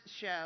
show